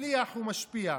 מצליח ומשפיע.